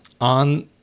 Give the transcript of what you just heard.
on